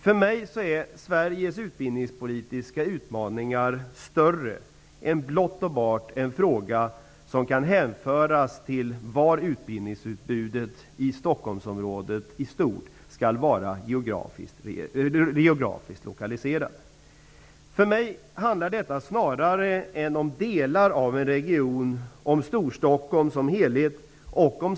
För mig är de utbildningspolitiska utmaningarna i Sverige större än blott och bart en fråga som kan hänföras till var utbildningsutbudet skall vara geografiskt lokaliserat i Stockholmsområdet i stort. För mig handlar detta snarare om Storstockholm som helhet och om Sverige än om delar av en region.